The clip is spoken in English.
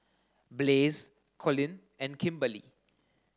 Blaze Colin and Kimberly